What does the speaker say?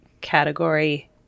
category